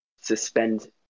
suspend